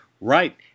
Right